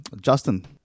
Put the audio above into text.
Justin